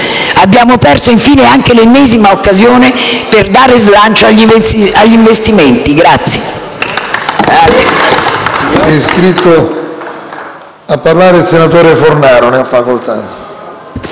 abbiamo perso anche l'ennesima occasione per dare slancio agli investimenti.